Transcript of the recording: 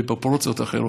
בפרופורציות אחרות,